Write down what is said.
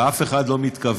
ואף אחד לא מתכוון,